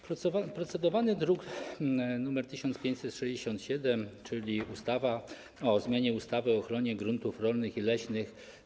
Procedujemy nad drukiem nr 1567, czyli ustawą o zmianie ustawy o ochronie gruntów rolnych i leśnych.